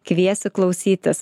kviesiu klausytis